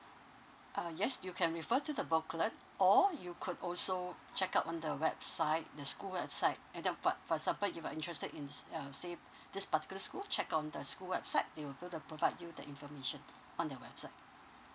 uh yes you can refer to the booklet or you could also check out on the website the school website and then but for example you are interested in uh say this particular school check on the school website they will be able to provide you the information on their website